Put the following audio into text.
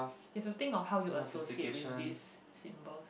if you think of how you associate with these symbols